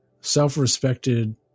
self-respected